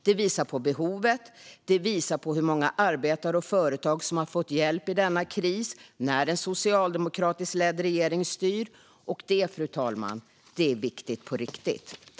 Det visar på behovet, och det visar på hur många arbetare och företag som har fått hjälp i denna kris när en socialdemokratiskt ledd regering styr. Och det, fru talman, är viktigt på riktigt!